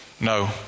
No